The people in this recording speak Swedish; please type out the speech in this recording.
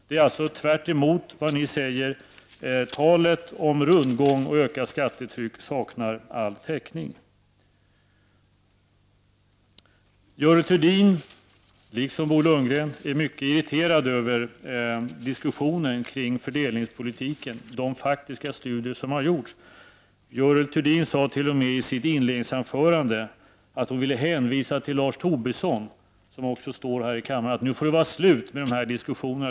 Det är tvärtemot vad ni säger. Talet om rundgång och ökat skattetryck saknar all täckning. Görel Thurdin, liksom Bo Lundgren, är mycket irriterad över diskussionen kring de faktiska studier som har gjorts av fördelningspolitiken. Görel Thurdin sade t.o.m. i sitt inledningsanförande att hon ville hänvisa till Lars Tobisson, som också står här i kammaren, och säga att det nu får vara slut på dessa diskussioner.